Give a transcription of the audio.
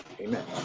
Amen